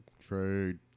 Trade